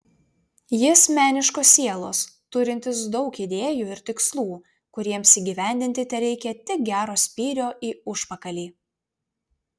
jis meniškos sielos turintis daug idėjų ir tikslų kuriems įgyvendinti tereikia tik gero spyrio į užpakalį